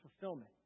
fulfillment